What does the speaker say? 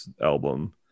album